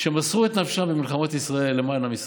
שמסרו את נפשם במלחמות ישראל למען עם ישראל,